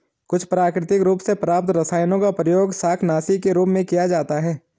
कुछ प्राकृतिक रूप से प्राप्त रसायनों का प्रयोग शाकनाशी के रूप में किया जाता है